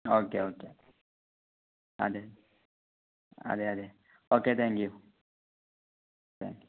okay okay അതെ അതെ അതെ okay thank you thank you